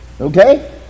Okay